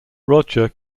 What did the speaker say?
roger